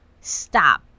Stop